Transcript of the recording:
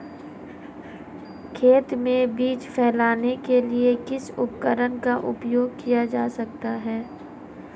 खेत में बीज फैलाने के लिए किस उपकरण का उपयोग किया जा सकता है?